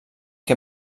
que